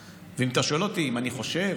ואם אתה שואל אותי אם אני חושב